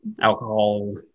alcohol